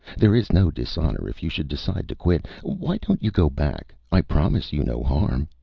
there is no dishonor if you should decide to quit. why don't you go back? i promise you no harm.